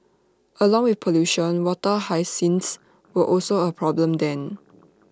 along with pollution water hyacinths were also A problem then